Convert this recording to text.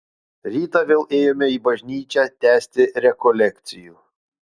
rytą vėl ėjome į bažnyčią tęsti rekolekcijų